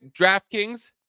DraftKings